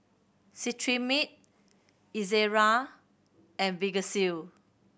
Cetrimide Ezerra and Vagisil